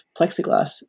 plexiglass